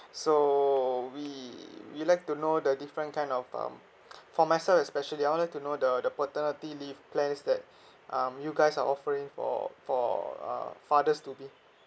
so we we'd like to know the different kind of um for my son especially I would like to know the the paternity leave plans that um you guys are offering for for uh fathers to be